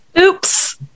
Oops